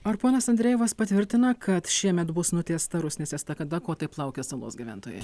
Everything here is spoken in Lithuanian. ar ponas andrejevas patvirtina kad šiemet bus nutiesta rusnės estakada ko taip laukia salos gyventojai